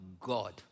God